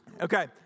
Okay